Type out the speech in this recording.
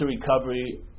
recovery